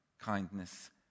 kindness